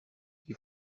qui